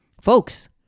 folks